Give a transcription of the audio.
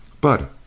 But